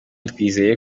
twizeye